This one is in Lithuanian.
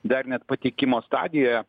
dar net pateikimo stadijoje